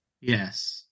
yes